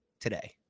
today